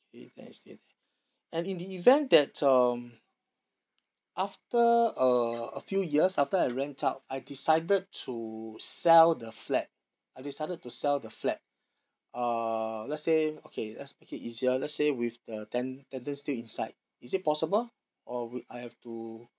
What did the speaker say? okay I stay there I mean in the even that um after uh a few years after I rent out I decided to sell the flat I decided to sell the flat uh let's say okay let's make it easier let's say with the ten~ tenant still inside is it possible or wou~ I have to